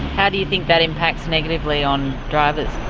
how do you think that impacts negatively on drivers?